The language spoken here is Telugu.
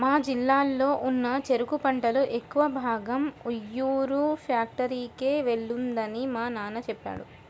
మా జిల్లాలో ఉన్న చెరుకు పంటలో ఎక్కువ భాగం ఉయ్యూరు ఫ్యాక్టరీకే వెళ్తుందని మా నాన్న చెప్పాడు